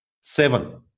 seven